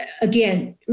again